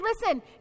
listen